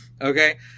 Okay